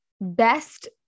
best